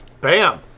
Bam